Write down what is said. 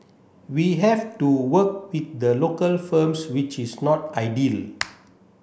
we have to work with the local firms which is not ideal